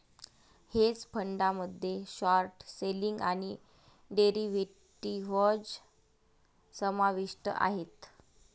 hedge फंडामध्ये short selling आणि derivatives समाविष्ट आहेत